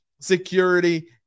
security